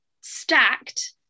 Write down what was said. stacked